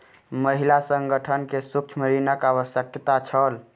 महिला संगठन के सूक्ष्म ऋणक आवश्यकता छल